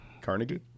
Carnegie